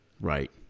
right